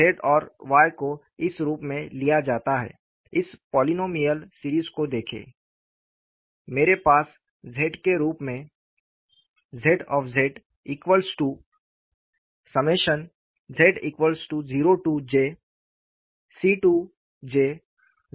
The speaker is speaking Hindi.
Z और Y को इस रूप में लिया जाता है इस पोलीनोमिअल सीरीज को देखें मेरे पास Z के रूप में ZjojC2jZ j 12 है